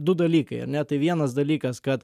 du dalykai ar ne tai vienas dalykas kad